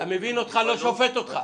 מבין אותך ולא שופט אותך.